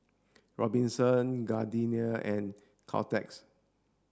Gobinsons Gardenia and Caltex